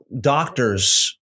doctors